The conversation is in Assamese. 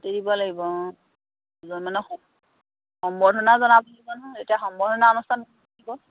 লাগিব অঁ দুজনমানক সম্বৰ্ধনা জনাব লাগিব নহয় এতিয়া সম্বৰ্ধনা অনুষ্ঠান